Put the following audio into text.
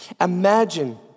Imagine